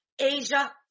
Asia